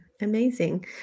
amazing